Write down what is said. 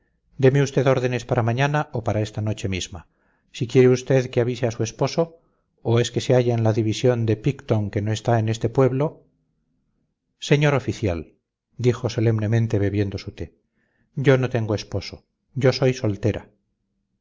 deme usted órdenes para mañana o para esta noche misma si quiere usted que avise a su esposo o es que se halla en la división de picton que no está en este pueblo señor oficial dijo solemnemente bebiendo su té yo no tengo esposo yo soy soltera